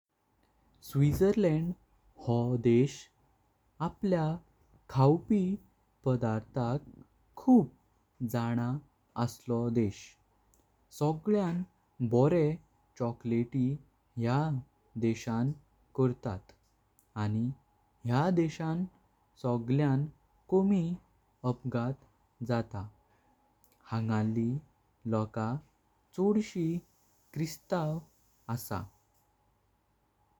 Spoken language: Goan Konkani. स्वित्झर्लंड हो देश आपल्या खवपी पदार्थाक खूप जाणां असलो देश। सगळ्यान बरोम चॉकलेट ह्या देशान करतात। आनी ह्या देशान सगळ्यान कमी अपघात जाता। हांगारली लोका तशी ख्रिस्ताव असा।